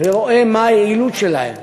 ורואה מה היעילות שלהם,